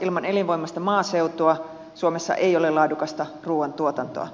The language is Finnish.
ilman elinvoimaista maaseutua suomessa ei ole laadukasta ruuantuotantoa